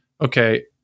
okay